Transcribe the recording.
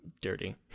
dirty